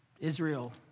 Israel